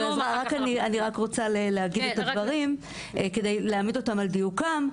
אני רק רוצה להגיד את הדברים כדי להעמיד אותם על דיוקם,